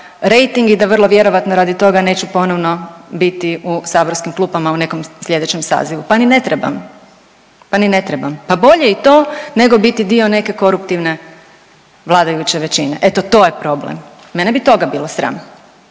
i da vrlo vjerojatno radi toga neću ponovno biti u saborskim klupama u nekom sljedećem sazivu. Pa ni ne trebam, pa ni ne trebam pa bolje i to nego biti dio neke koruptivne vladajuće većine. Eto to je problem, mene bi toga bilo sram.